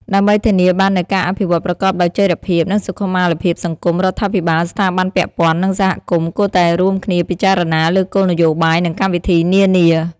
ដើម្បីធានាបាននូវការអភិវឌ្ឍប្រកបដោយចីរភាព និងសុខុមាលភាពសង្គម រដ្ឋាភិបាល ស្ថាប័នពាក់ព័ន្ធ និងសហគមន៍ គួរតែរួមគ្នាពិចារណាលើគោលនយោបាយ និងកម្មវិធីនានា។